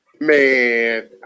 man